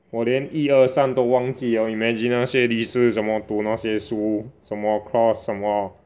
我连一二三都忘记 liao 你 imagine 那些律师什么读那些书什么 cross 什么